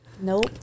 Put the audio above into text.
Nope